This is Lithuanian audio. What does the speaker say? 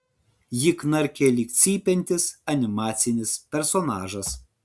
ji knarkė lyg cypiantis animacinis personažas